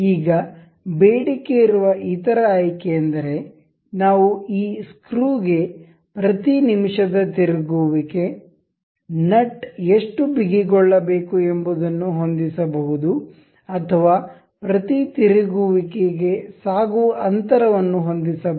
ಈಗ ಬೇಡಿಕೆಯಿರುವ ಇತರ ಆಯ್ಕೆ ಎಂದರೆ ನಾವು ಈ ಸ್ಕ್ರೂ ಗೆ ಪ್ರತಿ ನಿಮಿಷದ ತಿರುಗುವಿಕೆ ನಟ್ ಎಷ್ಟು ಬಿಗಿಗೊಳ್ಳಬೇಕು ಎಂಬುದನ್ನು ಹೊಂದಿಸಬಹುದು ಅಥವಾ ಪ್ರತಿ ತಿರುಗುವಿಕೆಗೆ ಸಾಗುವ ಅಂತರವನ್ನು ಹೊಂದಿಸಬಹುದು